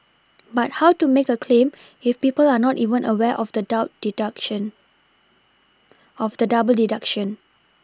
but how to make a claim if people are not even aware of the double deduction of the double deduction